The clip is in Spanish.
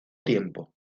tiempo